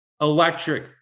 electric